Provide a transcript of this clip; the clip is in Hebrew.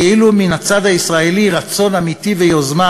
כאילו מן הצד הישראלי יש רצון אמיתי ויוזמה,